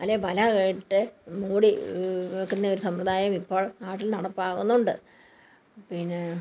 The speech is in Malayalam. അല്ലെ പലക ഇട്ട് മൂടി വെക്കുന്ന ഒരു സമ്പ്രദായം ഇപ്പോൾ നാട്ടിൽ നടപ്പാക്കുന്നുണ്ട് പിന്നെ